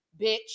bitch